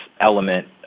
element